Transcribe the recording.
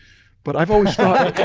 but i've always thought